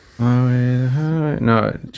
No